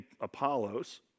Apollos